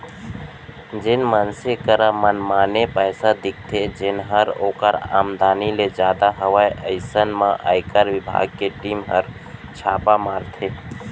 जेन मनसे करा मनमाने पइसा दिखथे जेनहर ओकर आमदनी ले जादा हवय अइसन म आयकर बिभाग के टीम हर छापा मारथे